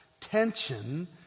Tension